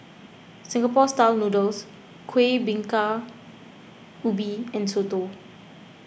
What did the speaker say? Singapore Style Noodles Kuih Bingka Ubi and Soto